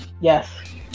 Yes